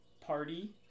party